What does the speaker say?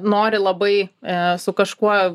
nori labai e su kažkuo